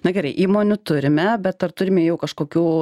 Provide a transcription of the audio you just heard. na gerai įmonių turime bet ar turim jau kažkokių